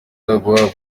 guhabwa